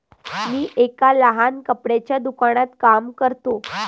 मी एका लहान कपड्याच्या दुकानात काम करतो